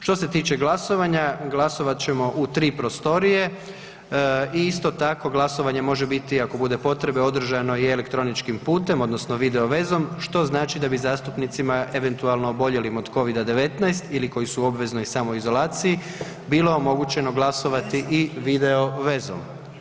Što se tiče glasovanja, glasovat ćemo u tri prostorije i isto tako glasovanje može biti ako bude potrebno održano i elektroničkim putem odnosno video vezom što znači da bi zastupnicima eventualno oboljelim od COVID-19 ili koji su u obveznoj samoizolaciji bilo omogućeno glasovati i video vezom.